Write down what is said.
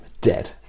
dead